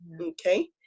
Okay